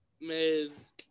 Miz